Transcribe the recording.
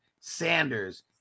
Sanders